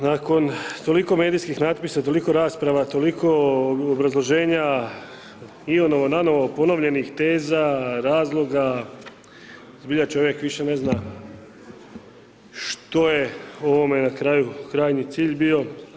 Nakon toliko medijskih natpisa, toliko rasprava, toliko obrazloženja, i ono na novo, ponovljenih teza, razloga zbilja čovjek više ne zna što je ovome na kraju krajnji cilj bio.